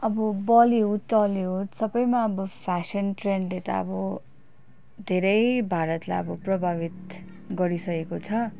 अब Bollywood Tollywood सबैमा अब फेसन ट्रेन्डले त अब धेरै भारतलाई अब प्रभावित गरिसकेको छ